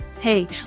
Hey